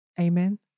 Amen